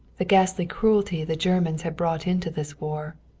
the ghastly cruelty the germans had brought into this war.